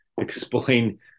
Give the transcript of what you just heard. explain